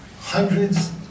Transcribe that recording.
hundreds